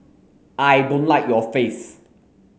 I don't like your face